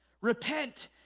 repent